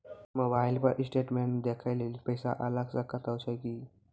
Mobile पर statement देखे लेली पैसा अलग से कतो छै की?